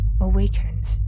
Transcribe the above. awakens